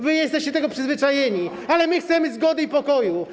Wy jesteście do tego przyzwyczajeni, ale my chcemy zgody i pokoju.